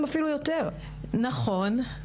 נכון.